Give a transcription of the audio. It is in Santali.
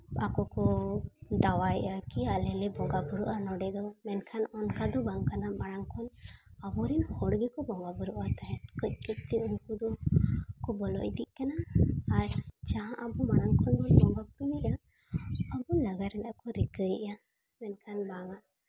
ᱟᱠᱚ ᱠᱚ ᱫᱟᱬᱟᱭᱮᱫᱼᱟ ᱠᱤ ᱟᱞᱮ ᱦᱚᱸᱞᱮ ᱵᱚᱸᱜᱟ ᱵᱩᱨᱩᱜᱼᱟ ᱱᱚᱸᱰᱮ ᱜᱮ ᱢᱮᱱᱠᱷᱟᱱ ᱚᱱᱠᱟ ᱫᱚ ᱵᱟᱝ ᱠᱟᱱᱟ ᱢᱟᱲᱟᱝ ᱠᱷᱚᱱ ᱟᱵᱚᱨᱮᱱ ᱦᱚᱲ ᱜᱮᱠᱚ ᱵᱚᱸᱜᱟ ᱵᱩᱨᱩᱜ ᱠᱟᱱ ᱛᱟᱸᱦᱮᱫ ᱠᱟᱺᱪᱼᱠᱟᱺᱪ ᱛᱮ ᱩᱱᱠᱩ ᱫᱚᱠᱚ ᱵᱚᱞᱚ ᱤᱫᱤᱜ ᱠᱟᱱᱟ ᱟᱨ ᱡᱟᱦᱟᱸ ᱟᱵᱚ ᱢᱟᱲᱟᱝ ᱠᱷᱚᱱ ᱟᱵᱚ ᱞᱟᱜᱟ ᱨᱮᱱᱟᱜ ᱠᱚ ᱨᱤᱠᱟᱹᱭᱮᱫᱼᱟ ᱢᱮᱱᱠᱷᱟᱱ ᱵᱟᱝᱟ